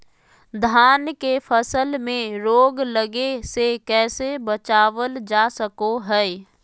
धान के फसल में रोग लगे से कैसे बचाबल जा सको हय?